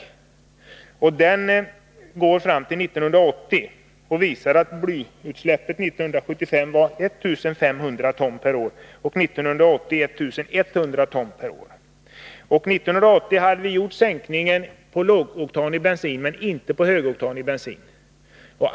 Denna rapport, som omfattar tiden fram till 1980, visar att blyutsläppen 1975 uppgick till 1 500 ton per år, medan siffran 1980 var 1 100 ton per år. 1980 hade vi sänkt beträffande lågoktanig bensin men inte beträffande högoktanig.